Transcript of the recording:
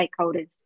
stakeholders